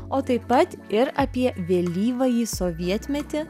o taip pat ir apie vėlyvąjį sovietmetį